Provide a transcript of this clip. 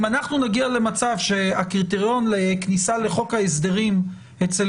אם אנחנו נגיע למצב שהקריטריון לכניסה לחוק ההסדרים אצל